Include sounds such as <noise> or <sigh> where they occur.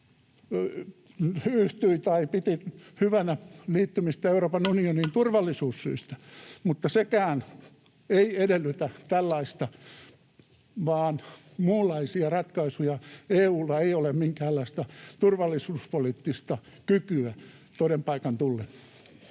Koivisto piti hyvänä liittymistä Euroopan unioniin <noise> turvallisuussyistä, mutta nekään eivät edellytä tällaista, vaan muunlaisia ratkaisuja. EU:lla ei ole minkäänlaista turvallisuuspoliittista kykyä toden paikan tullen.